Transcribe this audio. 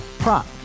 Prop